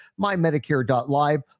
mymedicare.live